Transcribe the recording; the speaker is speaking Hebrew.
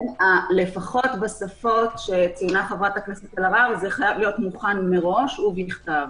לפחות בשפות שציינה חברת הכנסת אלהרר זה חייב להיות מוכן מראש ובכתב,